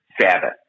Sabbath